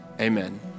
amen